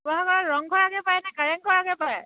শিৱসাগৰত ৰংঘৰ আগেয়ে পায়নে কাৰেং ঘৰ আগেয়ে পায়